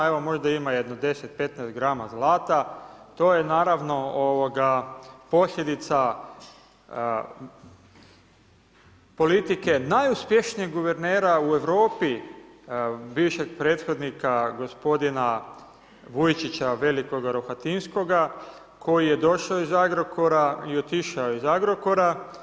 Evo možda ima jedno 10, 15 grama zlata, to je naravno posljedica politike najuspješnijeg guvernera u Europi, bivšeg prethodnika gospodina Vujčića velikoga Rohatinskoga koji je došao iz Agrokora i otišao je iz Agrokora.